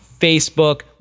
Facebook